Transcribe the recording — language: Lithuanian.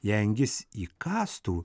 jei angis įkąstų